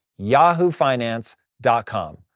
yahoofinance.com